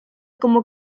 como